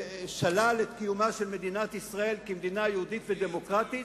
ששלל את קיומה של מדינת ישראל כמדינה יהודית ודמוקרטית,